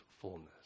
fullness